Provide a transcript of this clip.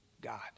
God